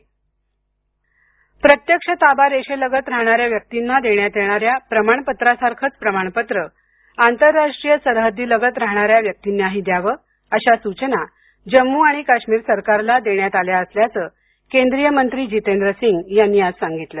जम्म काश्मिर प्रत्यक्ष ताबा रेषेलगत राहणाऱ्या व्यक्तींना देण्यात येणाऱ्या प्रमाणपत्रासारखंच प्रमाणपत्र आंतरराष्ट्रीय सरहद्दीलगत राहणाऱ्या व्यक्तींनाही द्यावं अशा सूचना जम्मू आणि काश्मीर सरकारला देण्यात आल्या असल्याचं केंद्रीय मंत्री जीतेंद्र सिंग यांनी आज सांगितलं